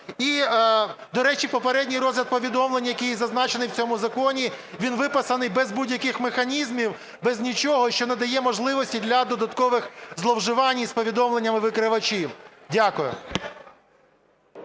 і, до речі, попередній розгляд повідомлень, який зазначений в цьому законі, він виписаний без будь-яких механізмів, без нічого, що надає можливості для додаткових зловживань із повідомленнями викривачів. Дякую.